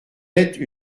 être